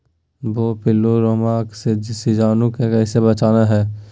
भुवा पिल्लु, रोमहवा से सिजुवन के कैसे बचाना है?